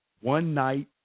one-night